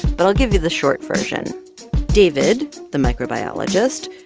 but i'll give you the short version david, the microbiologist,